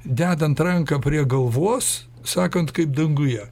dedant ranką prie galvos sakant kaip danguje